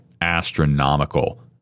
astronomical